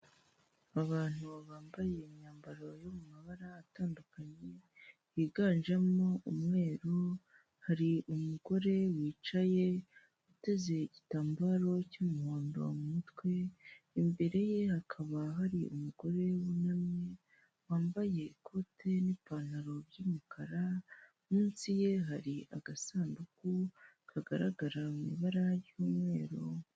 Abantu bambaye imyambaro yo mu mabara atandukanye yiganjemo umweru, hari umugore wicaye uteze igitambaro cy'umuhondo mu mutwe, imbere ye hakaba hari umugore wunamye wambaye ikote n'ipantaro by'umukara, munsi ye hari agasanduku kagaragara mu ibara ry'umweru.